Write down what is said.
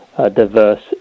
diverse